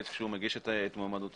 כשהוא מגיש את מועמדותו,